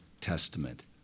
Testament